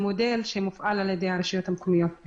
זה מודל שמופעל על ידי הרשויות המקומיות.